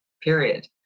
period